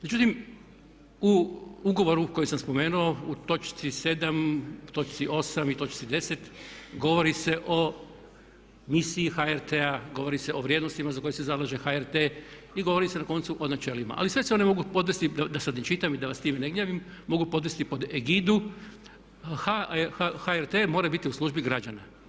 Međutim, u ugovoru koji sam spomenuo, točci 7., točki 8. i točci 10. govori se o misiji HRT-a, govori se o vrijednostima za koje se zalaže HRT i govori se na koncu o načelima, ali sve se one mogu podvesti da sada ne čitam i da vas sa time ne gnjavim, mogu podvesti pod egidu HRT mora biti u službi građana.